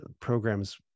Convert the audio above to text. programs